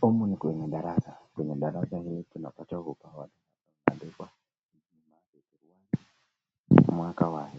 Humu ni kwenye darasa. Kwenye darasa hili tunapata uhuru wa wananchi, imeandikwa mzima wa kwanza, mwaka wa